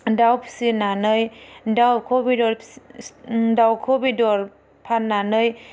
दाउ फिसिनानै दाउखौ बेदर दाउखौ बेदर फान्नानै